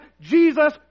Jesus